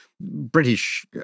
British